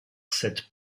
cette